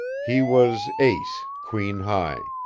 he was ace, queen high.